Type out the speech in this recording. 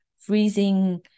freezing